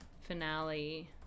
finale